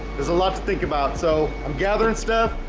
there's a lot to think about so i'm gathering stuff.